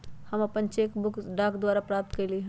हम अपन cheque book डाक द्वारा प्राप्त कईली ह